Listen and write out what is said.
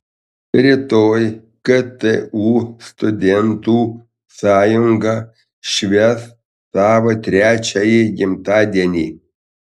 rytoj ktu studentų sąjunga švęs savo trečiąjį gimtadienį